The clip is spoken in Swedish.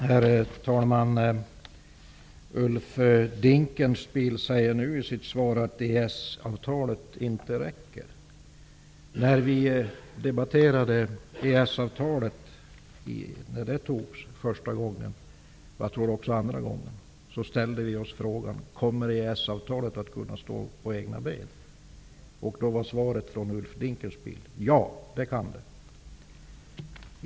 Herr talman! Ulf Dinkelspiel säger i sitt svar att det inte räcker med EES-avtalet. När vi debatterade EES-avtalet i samband med att det skulle fattas beslut första och jag tror också andra gången ställde vi oss frågan om EES-avtalet kommer att kunna stå på egna ben. Då svarade Ulf Dinkelspiel ja.